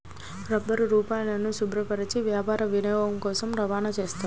రబ్బరుపాలను శుభ్రపరచి వ్యాపార వినియోగం కోసం రవాణా చేస్తారు